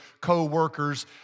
coworkers